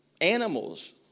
animals